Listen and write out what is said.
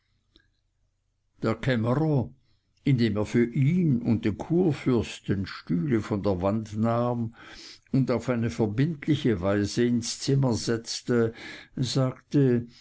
kämmerer indem er für ihn und den kurfürsten stühle von der wand nahm und auf eine verbindliche weise ins zimmer setzte sagte